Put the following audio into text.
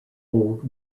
old